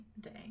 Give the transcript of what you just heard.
day